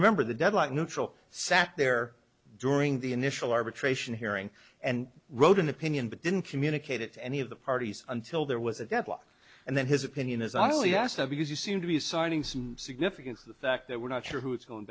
remember the deadlock neutral sat there during the initial arbitration hearing and wrote an opinion but didn't communicate it to any of the parties until there was a deadlock and then his opinion is i only ask because you seem to be assigning some significance to the fact that we're not sure who is going